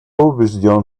убежден